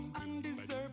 undeserved